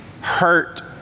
hurt